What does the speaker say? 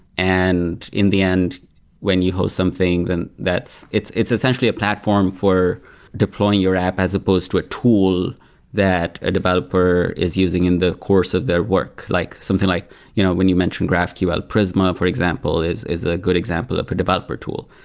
and in the end when you host something that it's it's essentially a platform for deploying your app as opposed to a tool that a developer is using in the course of their work, like something like you know when you mentioned graphql, prisma for example is is a good example of a developer tool.